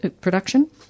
production